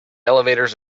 elevators